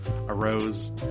arose